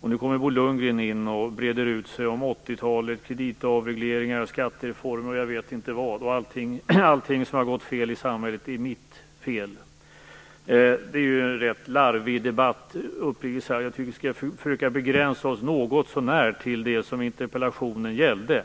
men nu kommer Bo Lundgren in och breder ut sig om 80-talets kreditavregleringar, skattereformer osv. och menar att allting som har gått fel i samhället beror på mig. Det är en rätt larvig debatt. Jag tycker uppriktigt sagt att vi något så när skall försöka begränsa oss till det som interpellationen gällde.